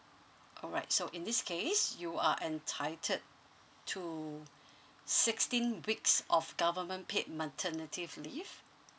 alright so in this case you are entitled to sixteen weeks of government paid maternity leave